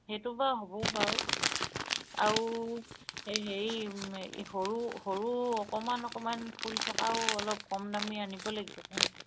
সেইটো বাৰু হ'ব বাৰু আৰু এই হেৰি এই সৰু সৰু অকমান অকমান ফুল থকাও অলপ কম দামী আনিব লাগিব কাৰণ